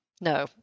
No